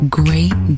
great